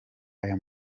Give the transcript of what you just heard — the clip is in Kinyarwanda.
aya